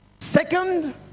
Second